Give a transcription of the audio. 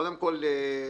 קודם כול,